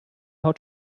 haut